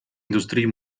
industrie